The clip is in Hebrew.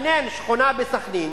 לתכנן שכונה בסח'נין